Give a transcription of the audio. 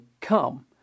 come